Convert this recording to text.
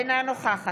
אינה נוכחת